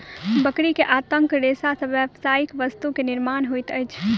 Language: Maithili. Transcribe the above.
बकरी के आंतक रेशा से व्यावसायिक वस्तु के निर्माण होइत अछि